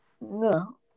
no